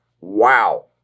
Wow